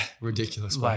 ridiculous